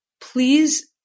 please